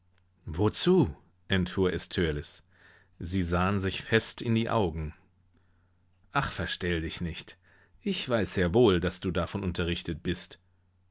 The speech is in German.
wozu entfuhr es törleß sie sahen sich fest in die augen ach verstell dich nicht ich weiß sehr wohl daß du davon unterrichtet bist